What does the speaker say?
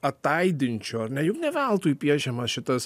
ataidinčio ar ne juk ne veltui piešiamas šitas